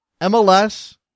MLS